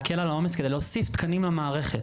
באמת אין יום שאנחנו לא שומעים על תורים מופרכים בכל היבט,